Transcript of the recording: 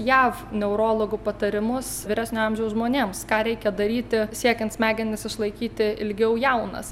jav neurologų patarimus vyresnio amžiaus žmonėms ką reikia daryti siekiant smegenis išlaikyti ilgiau jaunas